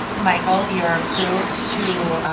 michael you're approved to